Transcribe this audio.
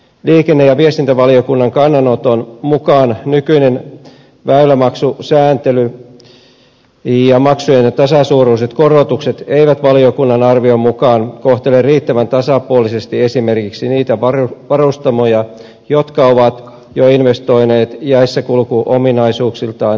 liikenne ja viestintävaliokunnan kannanoton mukaan nykyinen väylämaksusääntely ja maksujen tasasuuruiset korotukset eivät valiokunnan arvion mukaan kohtele riittävän tasapuolisesti esimerkiksi niitä varustamoja jotka ovat jo investoineet jäissäkulkuominaisuuksiltaan erinomaisiin aluksiin